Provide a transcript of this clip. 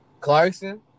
Clarkson